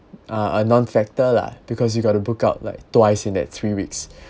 uh a non factor lah because you got to book out like twice in that three weeks